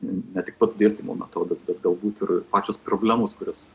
ne tik pats dėstymo metodas bet galbūt ir pačios problemos kurias